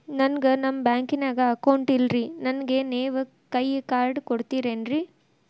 ನನ್ಗ ನಮ್ ಬ್ಯಾಂಕಿನ್ಯಾಗ ಅಕೌಂಟ್ ಇಲ್ರಿ, ನನ್ಗೆ ನೇವ್ ಕೈಯ ಕಾರ್ಡ್ ಕೊಡ್ತಿರೇನ್ರಿ?